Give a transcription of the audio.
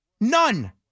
None